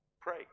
pray